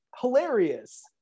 hilarious